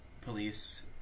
police